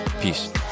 Peace